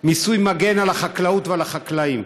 מיסוי מגן על החקלאות ועל החקלאים.